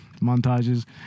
Montages